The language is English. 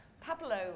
Pablo